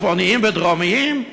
צפוניים ודרומיים?